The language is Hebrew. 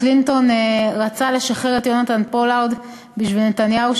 קלינטון רצה לשחרר את יונתן פולארד בשביל נתניהו,